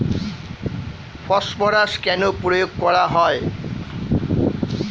Phosphorus কেন প্রয়োগ করা হয়?